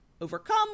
overcome